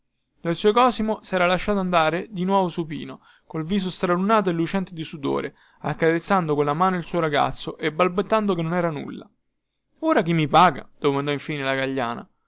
lo zio cosimo sera lasciato andare di nuovo supino col viso stralunato e lucente di sudore accarezzando colla mano il suo ragazzo e balbettando che non era nulla ora chi mi paga domandò infine la gagliana